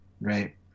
right